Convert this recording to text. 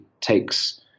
takes